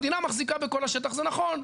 המדינה מחזיקה בכל השטח, זה נכון.